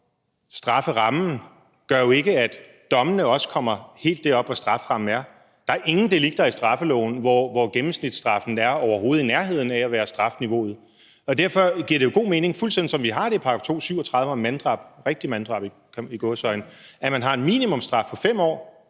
strafferammen, gør jo ikke, at dommene også kommer helt derop, hvor strafferammen er. Der er ingen delikter i straffeloven, hvor gennemsnitsstraffen overhovedet er i nærheden af at være strafniveauet. Derfor giver det jo god mening, fuldstændig som vi har det i § 237 om manddrab, rigtigt manddrab – i gåseøjne – at man har en minimumsstraf på 5 år,